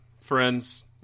friends